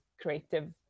creative